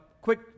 quick